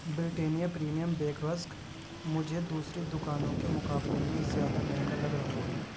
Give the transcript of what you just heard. Britannia premium bake rusk مجھے دوسری دوکانوں کے مقابلے میں زیادہ مہنگا لگ رہا ہے